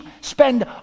spend